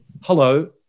hello